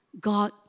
God